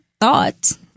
thought